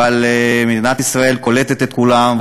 אבל מדינת ישראל קולטת את כולם,